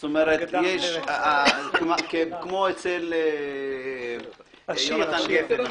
כמו אצל יונתן גפן,